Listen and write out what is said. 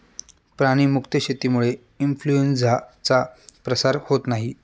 प्राणी मुक्त शेतीमुळे इन्फ्लूएन्झाचा प्रसार होत नाही